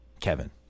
Kevin